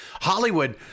Hollywood